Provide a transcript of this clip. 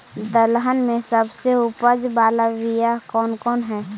दलहन में सबसे उपज बाला बियाह कौन कौन हइ?